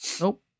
Nope